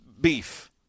beef